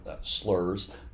slurs